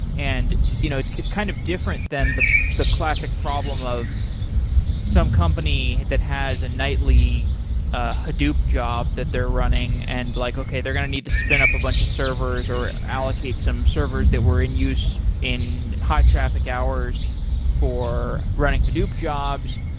and you know it's it's kind of different than the the classic problem of some company that has a nightly ah hadoop job that they're running and like, okay, they're going to need to spin up a bunch of servers or allocate some servers that were in use high traffic hours for running hadoop jobs.